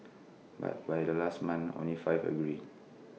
but by the last month only five agreed